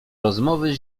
rozmowy